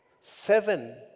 seven